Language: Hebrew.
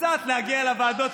קצת להגיע לוועדות.